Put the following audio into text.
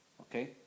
Okay